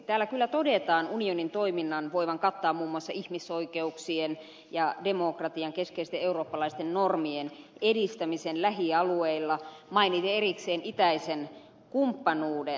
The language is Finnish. täällä kyllä todetaan unionin toiminnan voivan kattaa muun muassa ihmisoikeuksien ja demokratian keskeisten eurooppalaisten normien edistämisen lähialueilla mainiten erikseen itäisen kumppanuuden